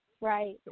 right